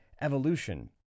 evolution